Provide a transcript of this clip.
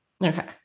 Okay